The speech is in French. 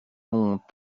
mont